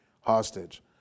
hostage